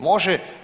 Može.